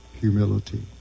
humility